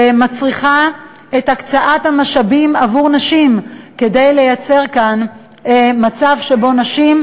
שמצריכה הקצאת משאבים עבור נשים כדי לייצר כאן מצב שנשים,